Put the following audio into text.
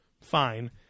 fine